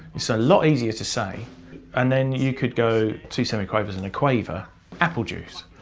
it's a lot easier to say and then you could go two semi quavers and a quaver apple juice.